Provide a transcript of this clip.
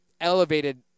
elevated